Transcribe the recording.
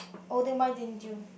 oh then why didn't you